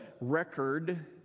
record